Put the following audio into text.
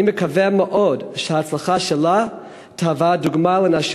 אני מקווה מאוד שההצלחה שלה תהווה דוגמה לנשים